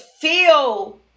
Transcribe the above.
feel